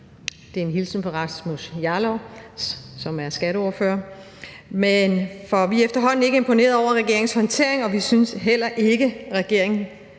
det er en hilsen fra Rasmus Jarlov, som er skatteordfører – og vi er efterhånden ikke imponeret over regeringens håndtering. Vi synes heller ikke, at regeringen